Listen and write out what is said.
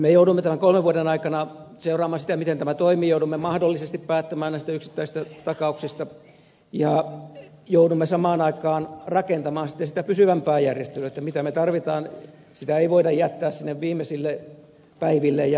me joudumme tämän kolmen vuoden aikana seuraamaan sitä miten tämä toimii joudumme mahdollisesti päättämään näistä yksittäisistä takauksista ja joudumme samaan aikaan rakentamaan sitten sitä pysyvämpää järjestelyä mitä me tarvitsemme sitä ei voida jättää sinne viimeisille päiville ja viikoille